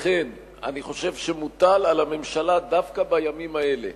לכן, אני חושב שמוטל על הממשלה, דווקא בימים האלה,